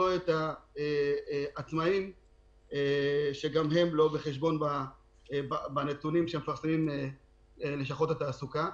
לא את העצמאים שגם הם לא נמצאים בנתונים שמפרסמות לשכות התעסוקה.